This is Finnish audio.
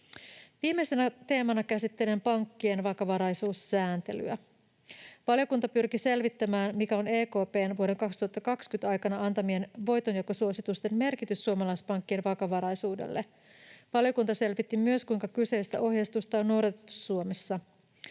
Viimeisenä teemana käsittelen pankkien vakavaraisuussääntelyä: Valiokunta pyrki selvittämään, mikä on EKP:n vuoden 2020 aikana antamien voitonjakosuositusten merkitys suomalaispankkien vakavaraisuudelle. Valiokunta selvitti myös, kuinka kyseistä ohjeistusta on noudatettu Suomessa.